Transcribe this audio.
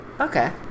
Okay